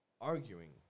arguing